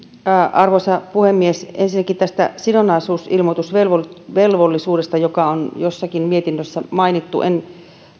arvoisa puhemies ensinnäkin sidonnaisuusilmoitusvelvollisuudesta joka on jossakin mietinnössä mainittu en